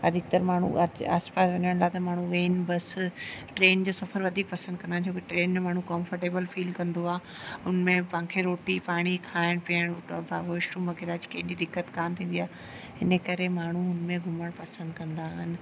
अधिकतर माण्हू अच आसपासि वञण लाइ त माण्हू वेन बस ट्रेन जो सफ़र वधीक पसंदि कंदा आहिनि छो त ट्रेन में माण्हू कंफर्टेबल फील कंदो आहे उन में पाण खे रोटी पाणी खाइण पीअण वॉशरुम वग़ैरह जी कंहिंजी दिक़त कोन थींदी आहे इने करे माण्हू हुन में घुमण पसंदि कंदा आहिनि